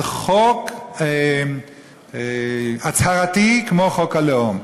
על חוק הצהרתי כמו חוק הלאום.